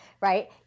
right